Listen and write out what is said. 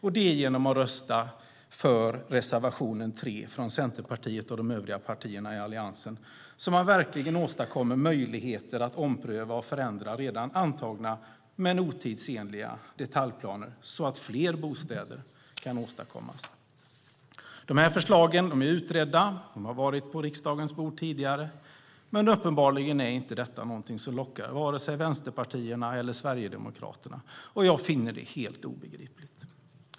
Det är genom att rösta för reservation 3 från Centerpartiet och de övriga partierna i Alliansen som man verkligen åstadkommer möjligheter att ompröva och förändra redan antagna men otidsenliga detaljplaner så att fler bostäder kan åstadkommas. De här förslagen är utredda och har legat på riksdagens bord tidigare, men uppenbarligen är detta inget som lockar vare sig vänsterpartierna eller Sverigedemokraterna. Jag finner det helt obegripligt.